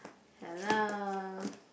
ya lah